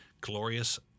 glorious